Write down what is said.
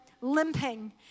limping